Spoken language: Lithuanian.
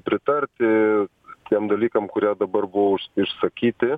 pritarti tiem dalykam kurie dabar buvo už išsakyti